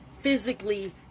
physically